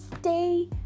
stay